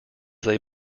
they